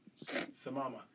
Samama